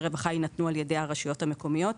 הרווחה יינתנו על ידי הרשויות המקומיות,